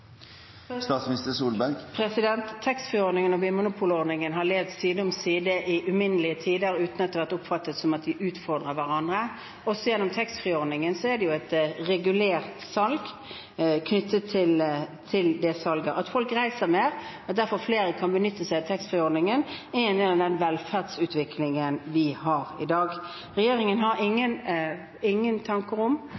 og vinmonopolordningen har levd side om side i uminnelige tider uten at det har vært oppfattet som at de utfordrer hverandre. Også taxfree-ordningen er et regulert salg. Det at folk reiser mer, og flere derfor kan benytte seg av taxfree-ordningen, er en del av den velferdsutviklingen vi har i dag. Regjeringen har ingen